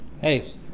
Hey